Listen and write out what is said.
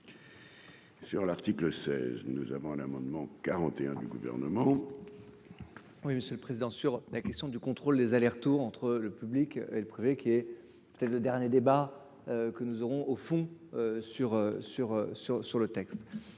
Sur l'article 16, nous avons l'amendement 41 du gouvernement. Oui, monsieur le président, sur la question du contrôle des aller-retours entre le public et le privé qui est le dernier débat que nous aurons au fond sur sur